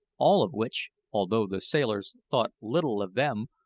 all of which, although the sailors thought little of them,